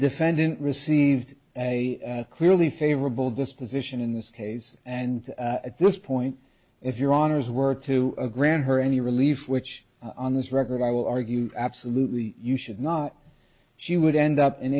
defendant received a clearly favorable disposition in this case and at this point if your honors were to grant her any relief which on this record i will argue absolutely you should not she would end up in